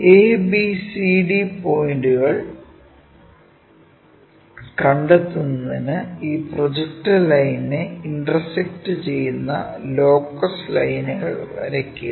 abcd പോയിന്റുകൾ കണ്ടെത്തുന്നതിന് ഈ പ്രൊജക്ടർ ലൈനിനെ ഇന്റർസെക്ക്ട് ചെയ്യുന്ന ലോക്കസ് ലൈനുകൾ വരയ്ക്കുക